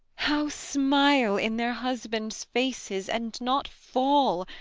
how smile in their husbands' faces, and not fall,